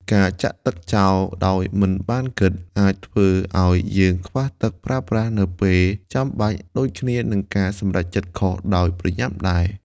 ការចាក់ទឹកចោលដោយមិនបានគិត អាចធ្វើឲ្យយើងខ្វះទឹកប្រើប្រាស់នៅពេលចាំបាច់ ដូចគ្នានឹងការសម្រេចចិត្តខុសដោយប្រញាប់ដែរ។